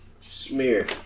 Smear